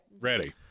Ready